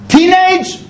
Teenage